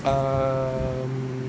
um